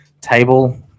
table